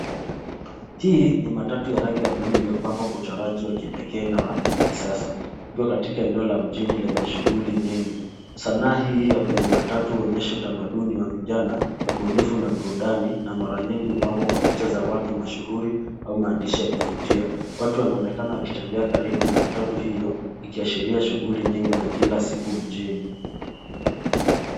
Hiii ni matatu ya rangi ya buluu iliyopambwa kwa uchoraji wa kipekee na wa kisasa, likiwa katikati ya mjini lenye shughuli nyingi, sanaa hii ya kwenye matatu huonyesha utamaduni wa vijana ,ubunifu na burudani, na mara nyingi hupambwa kwa picha za watu mashuhuri au maandishi ya kuvutia. Watu wanaonekana wakitembea karibu na matatu hiyo ikiashiria shughuli za kila siku mjini.